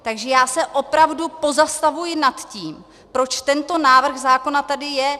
Takže já se opravdu pozastavuji nad tím, proč tento návrh zákona tady je.